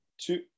Two